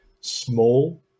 small